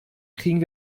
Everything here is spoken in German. kriegen